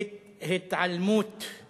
הורדת חבר